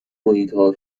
محیطها